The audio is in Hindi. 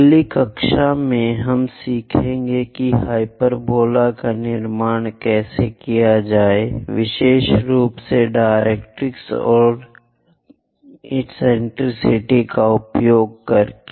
अगली कक्षा में हम सीखेंगे कि हाइपरबोला का निर्माण कैसे किया जाए विशेष रूप से डायरेक्ट्रिक्स और सनकीपन का उपयोग करके